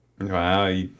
wow